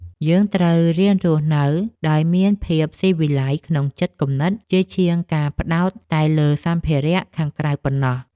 យើងត្រូវរៀនរស់នៅដោយមានភាពស៊ីវិល័យក្នុងចិត្តគំនិតជាជាងការផ្តោតតែលើសម្ភារៈខាងក្រៅតែប៉ុណ្ណោះ។